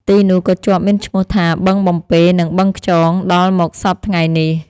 ទីនោះក៏ជាប់មានឈ្មោះថា បឹងបំពេ និង បឹងខ្យង ដល់មកសព្វថ្ងៃនេះ ។